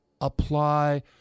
apply